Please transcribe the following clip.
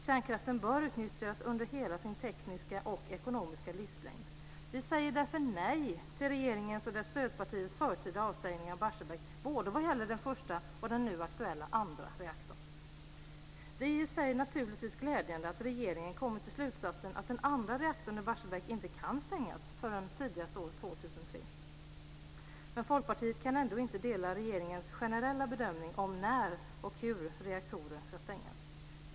Kärnkraften bör utnyttjas under hela sin tekniska och ekonomiska livslängd. Vi säger därför nej till regeringens och dess stödpartiers förtida avstängning av Barsebäck, både vad gäller den första och den nu aktuella andra reaktorn. Det är i sig naturligtvis glädjande att regeringen kommit till slutsatsen att den andra reaktorn i Barsebäck inte kan stängas förrän tidigast år 2003. Men Folkpartiet kan ändå inte dela regeringens generella bedömning av när och hur reaktorer ska stängas.